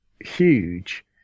huge